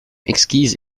exquise